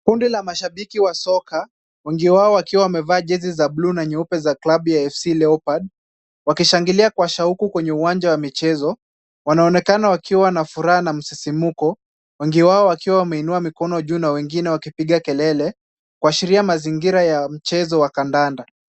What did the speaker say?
Kundi la mashabiki wa soka, wengi wao wakiwa wamevaa jezi za buluu na nyeupe za klabu ya AFC Leopards, wakishangilia kwa shauku kwenye uwanja wa michezo. Wanaonekana wakiwa na furaha na msisimuko, wengi wao wakiwa wameinua mikono juu na wengine wakipiga kelele, kuashiria mazingira ya mchezo wa kandanda.